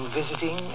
visiting